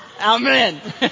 Amen